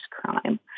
crime